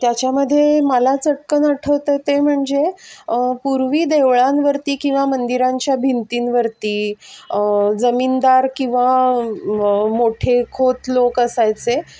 त्याच्यामध्ये मला चटकन आठवतं आहे ते म्हणजे पूर्वी देवळांवरती किंवा मंदिरांच्या भिंतींवरती जमीनदार किंवा मोठे खोत लोक असायचे